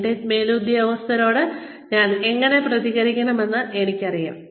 എന്റെ മേലുദ്യോഗസ്ഥരോട് ഞാൻ എങ്ങനെ പ്രതികരിക്കണമെന്ന് നിങ്ങൾക്കറിയാം